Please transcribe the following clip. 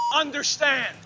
understand